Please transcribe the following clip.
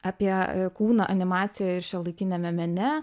apie kūną animacijoje ir šiuolaikiniame mene